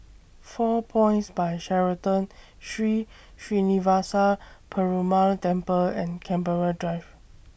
four Points By Sheraton Sri Srinivasa Perumal Temple and Canberra Drive